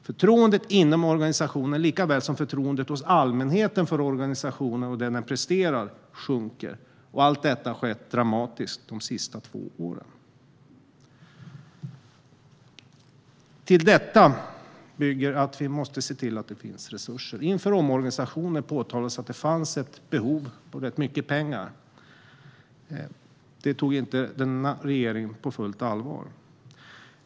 Förtroendet inom organisationen likaväl som förtroendet hos allmänheten för organisationen och det den presterar sjunker. Allt detta har skett dramatiskt de sista två åren. Till detta måste vi se till att det finns resurser. Inför omorganisationen påtalades det att det fanns ett behov av rätt mycket pengar. Det tog inte denna regering på fullt allvar.